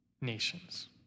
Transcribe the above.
nations